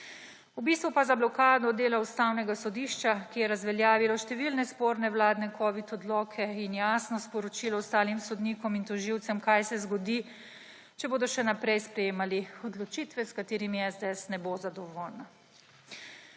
V bistvu pa gre za blokado dela Ustavnega sodišča, ki je razveljavilo številne sporne vladne covid odloke, in jasno sporočilo ostalim sodnikom in tožilcem, kaj se zgodi, če bodo še naprej sprejemali odločitve, s katerimi SDS ne bo zadovoljen.